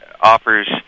offers